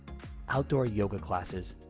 outdoor yoga classes,